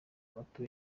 moto